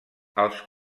els